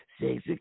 Six